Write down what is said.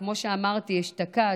כמו שאמרתי אשתקד,